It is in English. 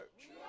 church